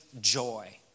joy